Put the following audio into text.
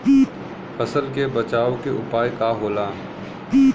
फसल के बचाव के उपाय का होला?